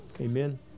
Amen